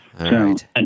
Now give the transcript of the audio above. right